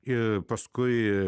ir paskui